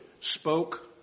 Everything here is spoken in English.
spoke